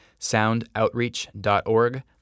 soundoutreach.org